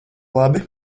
labi